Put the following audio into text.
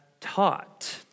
taught